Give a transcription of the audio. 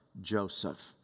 Joseph